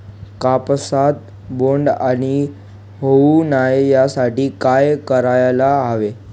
कापसात बोंडअळी होऊ नये यासाठी काय करायला हवे?